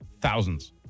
Thousands